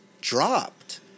dropped